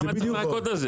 למה צריך לחכות לזה?